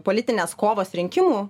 politinės kovos rinkimų